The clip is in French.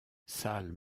salles